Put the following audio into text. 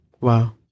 Wow